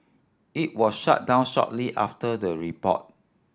it was shut down shortly after the report